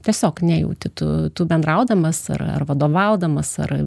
tiesiog nejauti tu tu bendraudamas ar ar vadovaudamas ar